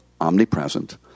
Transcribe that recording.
omnipresent